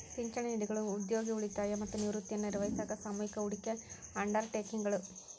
ಪಿಂಚಣಿ ನಿಧಿಗಳು ಉದ್ಯೋಗಿ ಉಳಿತಾಯ ಮತ್ತ ನಿವೃತ್ತಿಯನ್ನ ನಿರ್ವಹಿಸಾಕ ಸಾಮೂಹಿಕ ಹೂಡಿಕೆ ಅಂಡರ್ ಟೇಕಿಂಗ್ ಗಳು